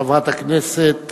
חברת הכנסת